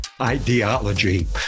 ideology